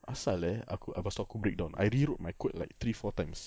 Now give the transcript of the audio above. apasal eh aku stock aku break down I rewrote my code like three four times